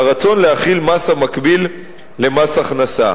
והרצון להחיל מס המקביל למס הכנסה.